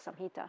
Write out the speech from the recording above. Samhita